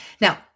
Now